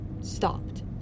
stopped